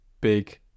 big